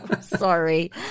sorry